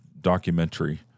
Documentary